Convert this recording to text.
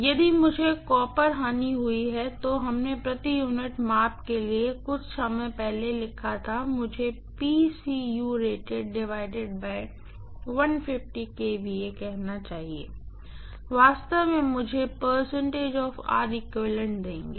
यदि मुझे copper loss हुआ है तो हमने प्रति यूनिट माप के लिए कुछ समय पहले जो लिखा था मुझे कहना चाहिए वास्तव में मुझे देंगे